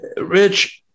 Rich